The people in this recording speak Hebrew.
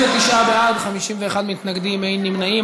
39 בעד, 51 מתנגדים ואין נמנעים.